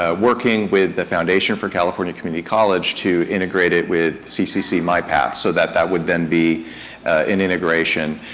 ah working with the foundation for california community college to integrate it with ccc my path, so that that would then be an integration.